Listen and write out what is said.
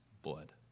blood